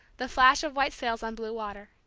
the flash of white sails on blue water.